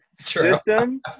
system